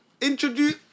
introduce